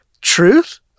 truth